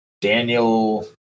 Daniel